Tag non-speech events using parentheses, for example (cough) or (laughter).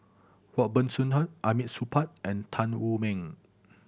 Robert Soon (unintelligible) Hamid Supaat and Tan Wu Meng